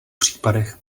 případech